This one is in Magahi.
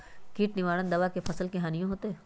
किट निवारक दावा से फसल के हानियों होतै?